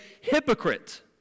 hypocrite